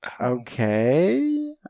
Okay